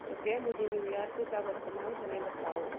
कृपया मुझे न्यूयॉर्क का वर्तमान समय बताओ